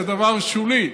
זה דבר שולי.